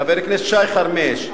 חבר הכנסת שי חרמש,